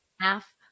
half